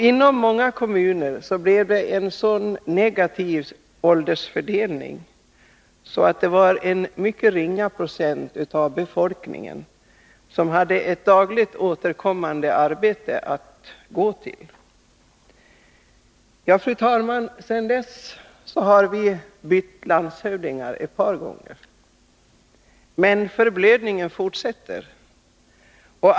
Inom många kommuner blev åldersfördelningen så ojämn att det var en mycket ringa procent av befolkningen som hade ett dagligt återkommande arbete att gå till. Fru talman! Sedan dess har vi bytt landshövdingar ett par gånger. Men förblödningen fortsätter.